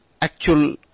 actual